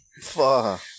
Fuck